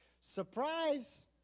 Surprise